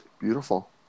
Beautiful